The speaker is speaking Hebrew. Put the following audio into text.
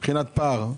מבחינת פער.